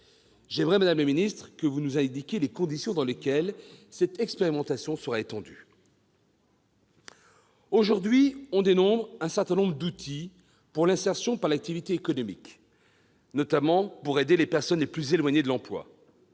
J'aimerais, madame la ministre, que vous nous indiquiez les conditions dans lesquelles cette expérimentation sera étendue. Aujourd'hui, on dénombre un certain nombre d'outils pour l'insertion par l'activité économique, destinés notamment à aider les personnes éloignées de l'emploi